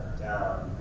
down,